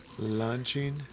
Launching